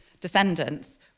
descendants